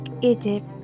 Egypt